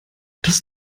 das